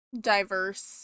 diverse